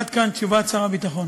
עד כאן תשובת שר הביטחון.